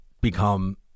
become